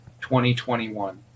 2021